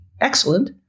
excellent